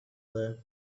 there